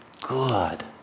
good